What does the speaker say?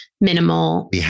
minimal